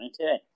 Okay